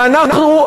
ואנחנו,